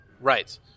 Right